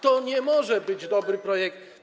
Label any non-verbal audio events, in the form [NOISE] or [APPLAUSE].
To nie może być [NOISE] dobry projekt.